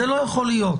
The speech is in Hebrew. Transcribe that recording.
זה לא יכול להיות.